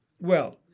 Well